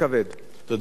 תודה לאדוני.